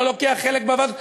לא לוקח חלק בוועדות,